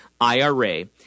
IRA